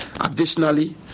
Additionally